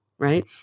right